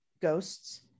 ghosts